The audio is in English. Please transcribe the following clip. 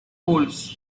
polls